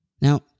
Now